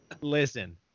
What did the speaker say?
Listen